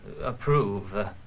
approve